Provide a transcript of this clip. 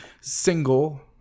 single